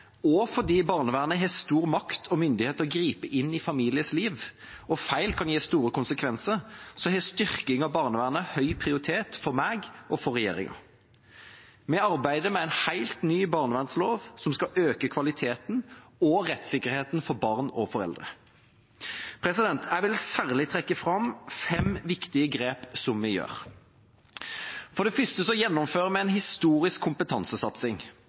og fordi barnevernet har stor makt og myndighet til å gripe inn i familiers liv og feil kan gi store konsekvenser, har styrking av barnevernet høy prioritet for meg og for regjeringa. Vi arbeider med en helt ny barnevernslov som skal øke kvaliteten og rettssikkerheten for barn og foreldre. Jeg vil særlig trekke fram fem viktige grep som vi gjør. For det første gjennomfører vi en historisk kompetansesatsing.